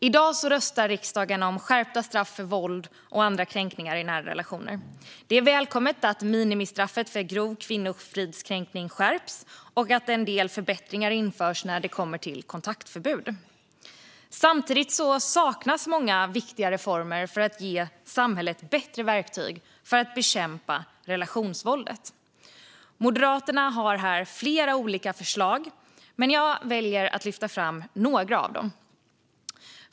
I dag röstar riksdagen om skärpta straff för våld och andra kränkningar i nära relationer. Det är välkommet att minimistraffet för grov kvinnofridskränkning skärps och att en del förbättringar införs när det kommer till kontaktförbud. Samtidigt saknas många viktiga reformer för att ge samhället bättre verktyg för att bekämpa relationsvåldet. Moderaterna har flera olika förslag. Jag väljer att lyfta fram några av dem.